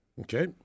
Okay